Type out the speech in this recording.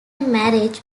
marriage